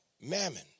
mammon